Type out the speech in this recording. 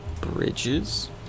Bridges